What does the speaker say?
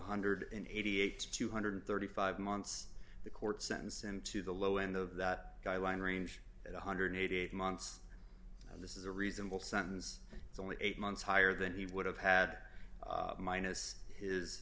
hundred and eighty eight thousand two hundred and thirty five months the court sentenced him to the low end of that guideline range at one hundred and eighty eight months this is a reasonable sentence it's only eight months higher than he would have had minus his